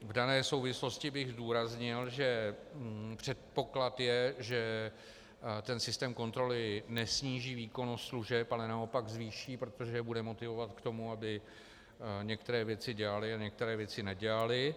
V dané souvislosti bych zdůraznil, že předpoklad je, že ten systém kontroly nesníží výkonnost služeb, ale naopak ji zvýší, protože je bude motivovat k tomu, aby některé věci dělaly a některé věci nedělaly.